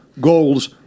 Goals